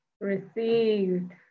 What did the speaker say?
received